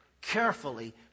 carefully